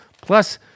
Plus